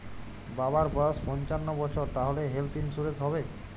বাবার বয়স পঞ্চান্ন বছর তাহলে হেল্থ ইন্সুরেন্স হবে?